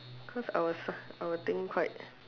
cause I will cir~ I will think quite